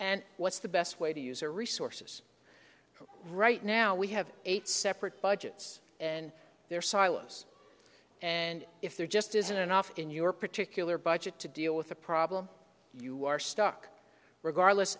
and what's the best way to use a resources right now we have eight separate budgets and their silence and if there just isn't enough in your particular budget to deal with a problem you are stuck regardless